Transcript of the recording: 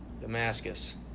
Damascus